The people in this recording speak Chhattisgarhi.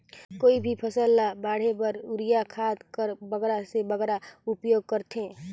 कोई भी फसल ल बाढ़े बर युरिया खाद कर बगरा से बगरा उपयोग कर थें?